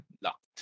locked